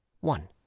One